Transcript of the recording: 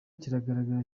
kigaragara